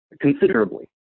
considerably